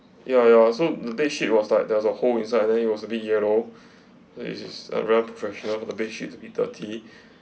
ya ya so the bedsheet was like there was a hole inside then it was a bit yellow it's it's very unprofessional for the bedsheet to be dirty